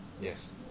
Yes